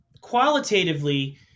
qualitatively